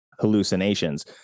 hallucinations